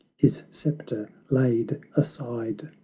his sceptre laid aside!